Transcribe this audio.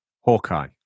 Hawkeye